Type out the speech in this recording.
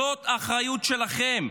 זו האחריות שלכם.